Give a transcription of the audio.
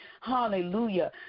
hallelujah